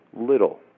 little